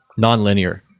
nonlinear